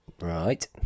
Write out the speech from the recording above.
Right